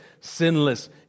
sinless